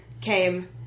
came